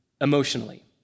emotionally